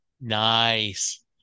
Nice